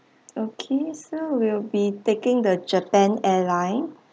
okay so we'll be taking the japan airline